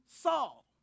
Saul